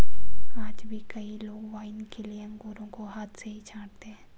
आज भी कई लोग वाइन के लिए अंगूरों को हाथ से ही छाँटते हैं